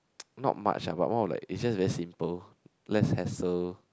not much ah but more of like is just very simple less hassle